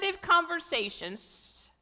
conversations